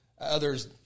others